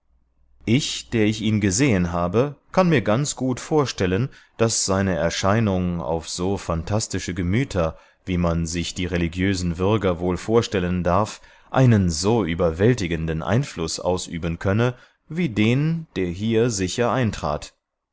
ich der ich ihn gesehen habe kann mir ganz gut vorstellen daß seine erscheinung auf so phantastische gemüter wie man sich die religiösen würger wohl vorstellen darf einen so überwältigenden einfluß ausüben könne wie den der hier sicher eintrat